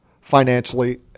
financially